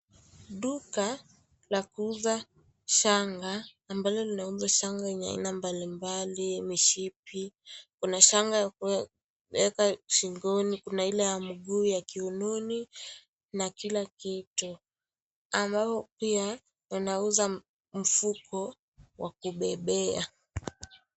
Duka la kuuza shanga ambalo linauza shanga yenye aina mbalimbali. Yenye mishipi, kuna shanga ya kuweka shingoni, kuna ile ya mguu ya kiunoni na kila kitu, ambao pia wanauza mifuko ya kubebea.